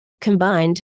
Combined